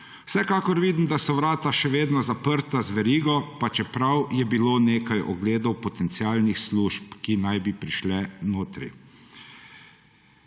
Vsekakor vidim, da so vrata še vedno zaprta z verigo, pa čeprav je bilo nekaj ogledov potencialnih služb, ki naj bi prišle notri.